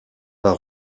par